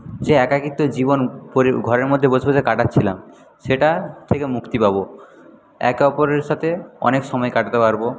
যে একাকিত্ব জীবন ঘরের মধ্যে বসে বসে কাটাচ্ছিলাম সেটার থেকে মুক্তি পাব একে অপরের সাথে অনেক সময় কাটাতে পারব